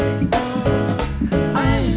and i